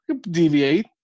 Deviate